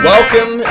Welcome